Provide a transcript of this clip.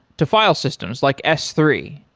to file systems like s three.